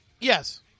yes